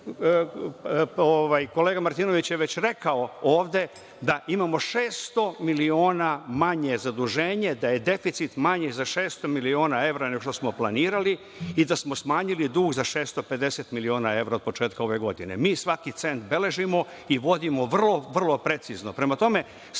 kolega Martinović je već rekao ovde da imamo 600 miliona manje zaduženje, da je deficit manji za 600 miliona evra nego što smo planirali i da smo smanjili dug za 650 evra od početka ove godine. Mi svaki cent beležimo i vodimo vrlo precizno. Prema tome,